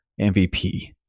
MVP